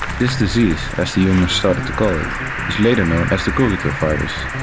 this disease, as the humans started to call is is later known as the cogito virus,